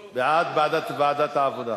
בעד, בעד ועדת העבודה.